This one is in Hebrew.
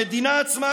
המדינה עצמה,